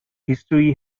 history